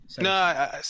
No